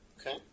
Okay